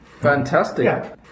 Fantastic